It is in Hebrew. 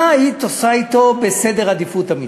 מה היית עושה אתו בסדר עדיפויות אמיתי?